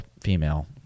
female